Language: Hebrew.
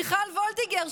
מיכל וולדיגר,